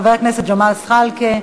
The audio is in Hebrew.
חבר הכנסת ג'מאל זחאלקה,